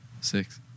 six